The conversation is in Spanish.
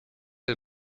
del